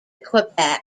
quebec